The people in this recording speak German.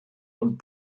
und